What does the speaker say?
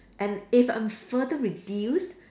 and if I'm further reduced